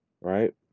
right